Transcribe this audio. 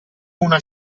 una